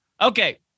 Okay